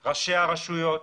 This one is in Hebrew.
של ראשי הרשויות,